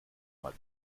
mal